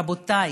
רבותיי,